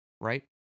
right